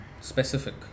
specific